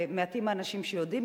ומעטים האנשים שיודעים,